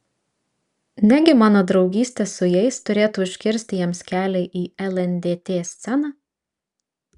negi mano draugystė su jais turėtų užkirsti jiems kelią į lndt sceną